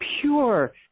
pure